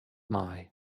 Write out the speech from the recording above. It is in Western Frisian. mei